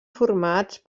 formats